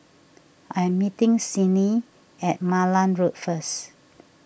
I'm meeting Sydni at Malan Road first